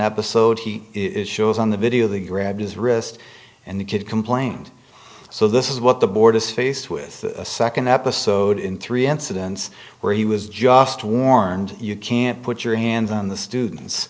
episode he is shows on the video they grabbed his wrist and the kid complained so this is what the board is faced with a second episode in three incidents where he was just warned you can't put your hands on the students